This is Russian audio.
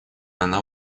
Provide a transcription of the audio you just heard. она